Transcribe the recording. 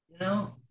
No